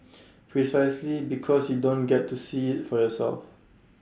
precisely because you don't get to see IT for yourself